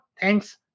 thanks